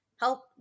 help